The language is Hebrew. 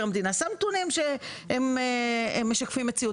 המדינה שם נתונים שהם משקפים מציאות.